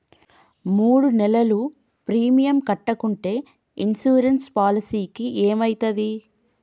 మూడు నెలలు ప్రీమియం కట్టకుంటే ఇన్సూరెన్స్ పాలసీకి ఏమైతది?